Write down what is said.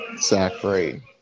Zachary